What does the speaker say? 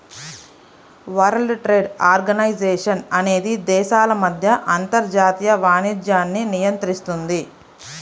world trade organization అనేది దేశాల మధ్య అంతర్జాతీయ వాణిజ్యాన్ని నియంత్రిస్తుంది